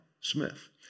Smith